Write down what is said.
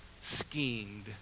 schemed